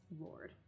Lord